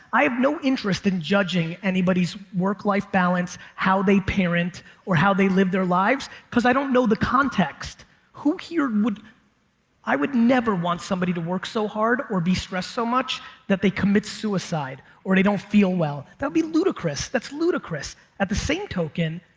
i have no interest in judging anybody's work-life balance, how they parent or how they live their lives because i don't know the context who here would i would never want somebody to work so hard or be stressed so much that they commit suicide or they don't feel well. that would be ludicrous. that's ludicrous. at the same token,